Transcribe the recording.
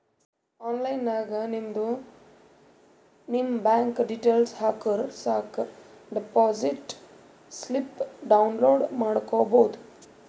online ನಾಗ್ ನಿಮ್ದು ನಿಮ್ ಬ್ಯಾಂಕ್ ಡೀಟೇಲ್ಸ್ ಹಾಕುರ್ ಸಾಕ್ ಡೆಪೋಸಿಟ್ ಸ್ಲಿಪ್ ಡೌನ್ಲೋಡ್ ಮಾಡ್ಕೋಬೋದು